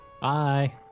Bye